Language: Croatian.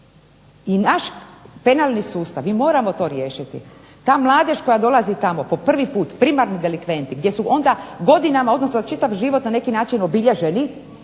I naš penalni sustav, mi moramo to riješiti, ta mladež koja dolazi tamo po prvi put, primarni delikventi gdje su onda godinama, odnosno za čitav život na neki način obilježeni